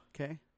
Okay